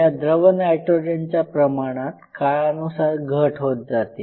या द्रव नायट्रोजनच्या प्रमाणात काळानुसार घट होत जाते